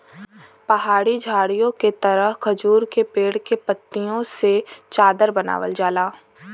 पहाड़ी झाड़ीओ के तरह खजूर के पेड़ के पत्तियों से चादर बनावल जाला